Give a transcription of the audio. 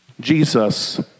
Jesus